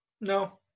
No